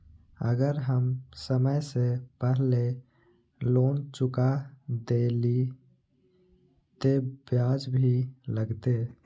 अगर हम समय से पहले लोन चुका देलीय ते ब्याज भी लगते?